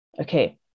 okay